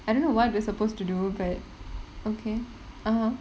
I don't know what we're supposed to do but okay (uh huh)